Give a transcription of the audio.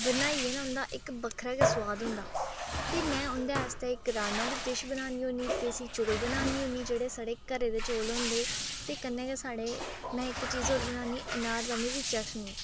बनाइयै ने उं'दा इक्क बक्खरा गै सुआद होंदा ते में उं'दे आस्तै इक राज़मा दी डिश बनानी होन्नी देसी चौल बनानी होन्नी जेह्ड़े साढ़े घरै दे चौल होंदे ते कन्नै गै साढ़े में इक चीज़ होर बनानी अनारदाने दी चटनी